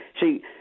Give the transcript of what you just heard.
see